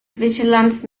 vigilant